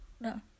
no